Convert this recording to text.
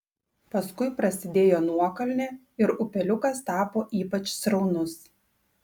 paskui prasidėjo nuokalnė ir upeliukas tapo ypač sraunus